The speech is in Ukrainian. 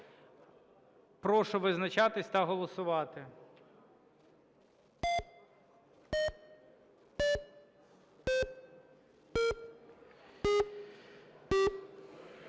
Прошу визначатись та голосувати.